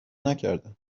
نکردم